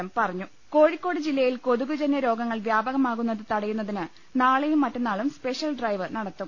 ലലലലലലലലലലലല കോഴിക്കോട് ജില്ലയിൽ കൊതുകുജന്യ രോഗങ്ങൾ വ്യാപകമാകുന്നത് തടയുന്നതിന് നാളെയും മറ്റന്നാളും സ്പെഷ്യൽ ഡ്രൈവ് നടത്തും